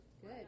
Good